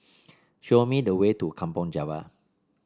show me the way to Kampong Java